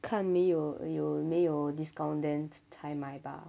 看没有有没有 discount then 才买吧